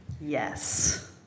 Yes